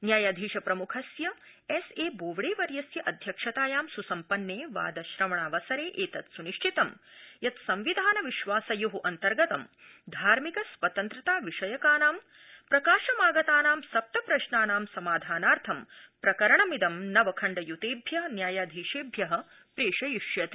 न्यायाधीश प्रमुखस्य S A Bobde वर्यस्य अध्यक्षतायां सुसम्पन्ने वादश्रवणावसरे एतत् सुनिश्चितम् यत् संविधान विश्वासयो अन्तर्गतं धार्मिक स्वतन्त्रता विषयकानां प्रकाशमागतानां सप्तप्रश्नानां समाधानार्थं प्रकरणमिदं नव खण्डयुतेभ्य न्यायाधीशेभ्य प्रेषयिष्यते